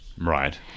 right